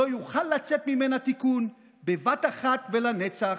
שלא יוכל לצאת ממנה תיקון בבת אחת ולנצח.